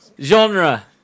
Genre